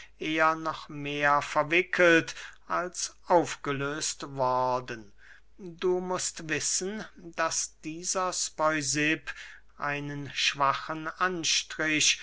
eher noch mehr verwickelt als aufgelöst worden du mußt wissen daß dieser speusipp einen schwachen anstrich